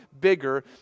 bigger